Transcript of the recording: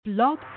Blog